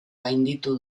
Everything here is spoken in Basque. gainditu